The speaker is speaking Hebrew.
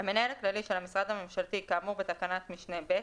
(ג)המנהל הכללי של המשרד הממשלתי כאמור בתקנת משנה (ב),